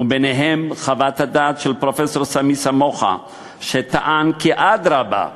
וביניהן חוות הדעת של פרופסור סמי סמוחה שטען כי אדרבה,